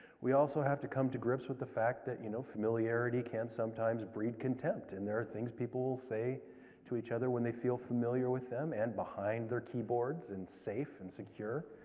we also have to come to grips with the fact that, you know, familiarity can sometimes breed contempt, and there are things sometimes people will say to each other when they feel familiar with them, and behind their keyboards, and safe and secure.